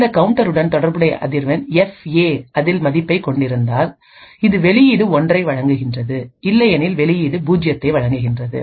இந்த கவுண்டருடன் தொடர்புடைய அதிர்வெண் FA அதிக மதிப்பைக் கொண்டிருந்தால் இது வெளியீடு ஒன்றை வழங்குகின்றது இல்லையெனில் வெளியீடு பூஜ்ஜியத்தை வழங்குகின்றது